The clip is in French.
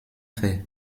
faits